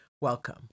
Welcome